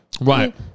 Right